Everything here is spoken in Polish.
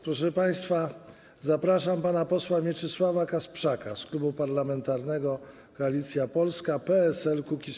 Proszę państwa, zapraszam pana posła Mieczysława Kasprzaka z Klubu Parlamentarnego Koalicja Polska - PSL - Kukiz15.